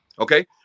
okay